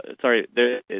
sorry